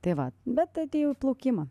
tai va bet atėjau į plaukimą